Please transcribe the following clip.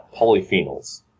polyphenols